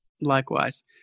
Likewise